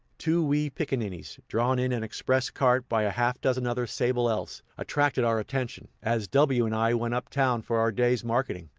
two wee picaninnies, drawn in an express cart by a half-dozen other sable elfs, attracted our attention, as w and i went up-town for our day's marketing.